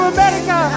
America